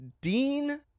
Dean